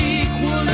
equal